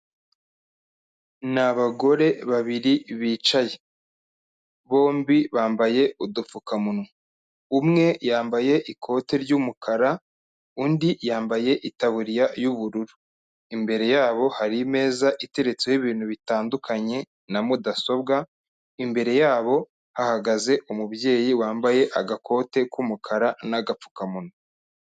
Ni abagore babiri bicaye, bombi bambaye udupfukamunwa, umwe yambaye ikote ry'umukara undi yambaye itaburiya y'ubururu, imbere yabo hari imeza iteretseho ibintu bitandukanye na mudasobwa, imbere yabo hahagaze umubyeyi wambaye agakote k'umukara n'agapfukamunwa.